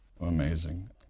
Amazing